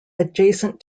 adjacent